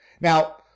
Now